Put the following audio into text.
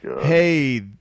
Hey